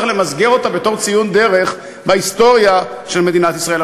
צריך למסגר אותה בתור ציון דרך בהיסטוריה של מדינת ישראל.